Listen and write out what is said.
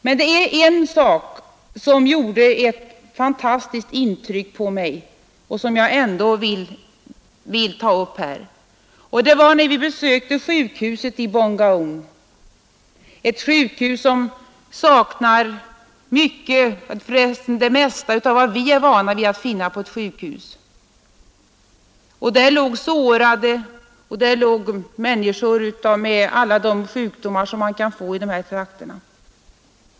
Men det var en sak som gjorde ett fantastiskt intryck på mig och som jag ändå vill ta upp här, Det var när vi besökte sjukhuset i Bongaon, ett sjukhus som saknar det mesta av vad vi är vana vid att finna på ett sjukhus. Där låg sårade, där låg människor med alla de sjukdomar som man kan få i de här trakterna.